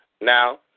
Now